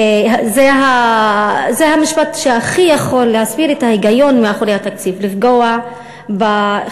זה המשפט שהכי יכול להסביר את ההיגיון שמאחורי התקציב: לפגוע בחלשים.